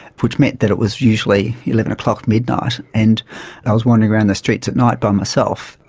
which meant that it was usually eleven o'clock or midnight and i was wandering around the streets at night by myself.